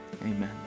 amen